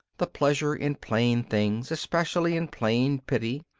the pleasure in plain things, especially in plain pity,